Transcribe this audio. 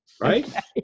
right